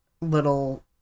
little